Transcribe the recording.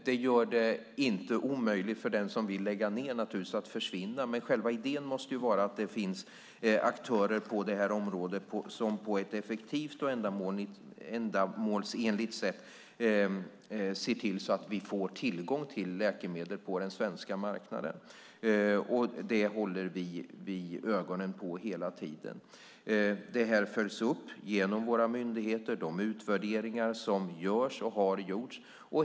Det gör det inte omöjligt för den som vill lägga ned att försvinna, men själva idén måste vara att det finns aktörer på det här området som på ett effektivt och ändamålsenligt sätt ser till att vi får tillgång till läkemedel på den svenska marknaden. Detta håller vi ögonen på hela tiden. Det här följs upp genom våra myndigheter och de utvärderingar som görs och har gjorts.